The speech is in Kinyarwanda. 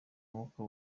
umwuka